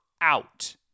out